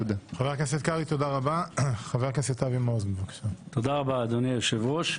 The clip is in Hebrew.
תודה רבה, אדוני היושב-ראש.